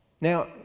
Now